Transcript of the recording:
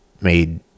made